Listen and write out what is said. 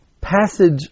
passage